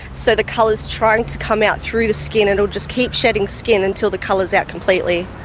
so the colour's trying to come out through the skin and it'll just keep shedding skin until the colour's out completely.